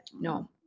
no